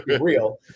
real